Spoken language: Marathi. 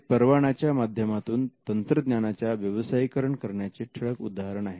हे परवानाच्या माध्यमातून तंत्रज्ञानाच्या व्यवसायीकरण करण्याचे ठळक उदाहरण आहे